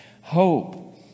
Hope